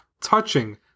touching